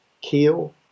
Kiel